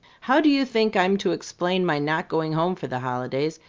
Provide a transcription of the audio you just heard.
how do you think i'm to explain my not going home for the holidays,